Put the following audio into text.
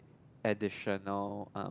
additional um